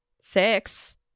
six